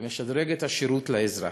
זה משדרג את השירות לאזרח.